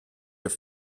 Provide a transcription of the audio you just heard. your